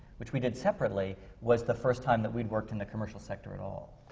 which we did separately, was the first time that we'd worked in the commercial sector at all.